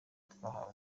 twahawe